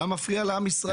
אתה מפריע לעם ישראל.